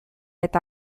eta